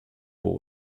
pour